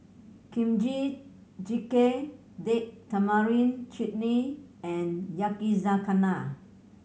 Kimchi Jjigae Date Tamarind Chutney and Yakizakana